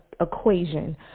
equation